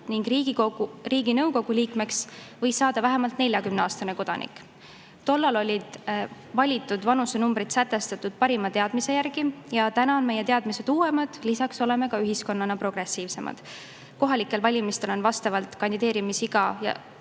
ning Riiginõukogu liikmeks võis saada vähemalt 40-aastane kodanik. Tollal olid valitud vanusenumbrid sätestatud parima teadmise järgi. Praegu on meie teadmised uuemad, lisaks oleme ühiskonnana progressiivsemad. Kohalikel valimistel on kandideerimisiga ja